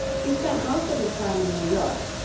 he spent most of his time in new york,